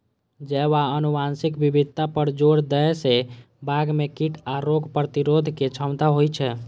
जैव आ आनुवंशिक विविधता पर जोर दै सं बाग मे कीट आ रोग प्रतिरोधक क्षमता होइ छै